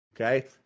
Okay